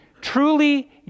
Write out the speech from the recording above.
truly